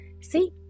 see